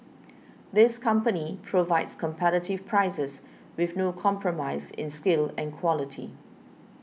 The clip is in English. this company provides competitive prices with no compromise in skill and quality